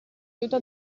aiuta